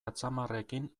atzamarrekin